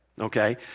okay